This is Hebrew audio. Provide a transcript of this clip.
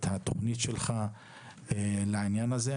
את התוכנית שלך לעניין הזה.